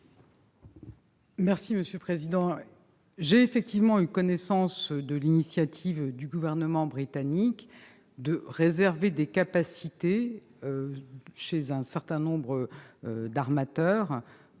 Monsieur le sénateur, j'ai bien eu connaissance de l'initiative du gouvernement britannique de réserver des capacités chez un certain nombre d'armateurs,